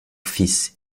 fils